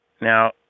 Now